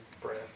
breath